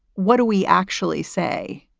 what do we actually say?